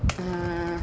uh